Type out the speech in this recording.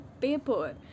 paper